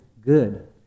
good